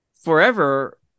forever